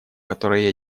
которое